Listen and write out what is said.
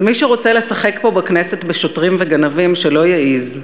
אז מי שרוצה לשחק בכנסת בשוטרים וגנבים, שלא יעז,